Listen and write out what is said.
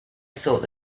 thought